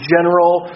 General